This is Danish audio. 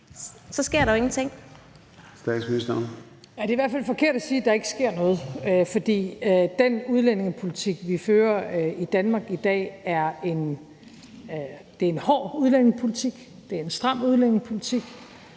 Frederiksen): Det er i hvert fald forkert at sige, at der ikke sker noget. For den udlændingepolitik, vi fører i Danmark i dag, er en hård udlændingepolitik, det er en stram udlændingepolitik,